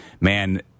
man